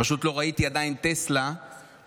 פשוט עדיין לא ראיתי טסלה משוריינת,